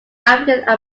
african